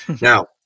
Now